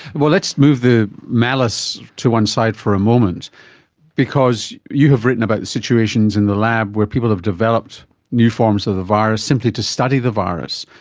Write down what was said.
well, let's move the malice to one side for a moment because you have written about situations in the lab where people have developed new forms of the virus simply to study the virus,